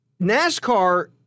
NASCAR